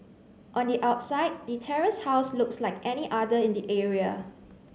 on the outside the terraced house looks like any other in the area